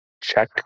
check